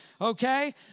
okay